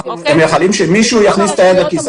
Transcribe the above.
אנחנו מייחלים שמישהו יכניס את היד לכיס.